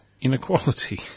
inequality